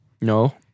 No